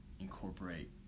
incorporate